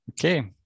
Okay